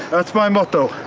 that's my motto.